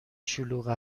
شلوغ